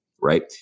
right